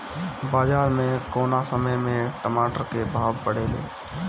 बाजार मे कौना समय मे टमाटर के भाव बढ़ेले?